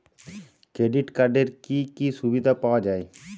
Credit কার্ডের কি কি সুবিধা পাওয়া যায়?